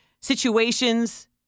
situations